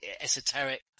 esoteric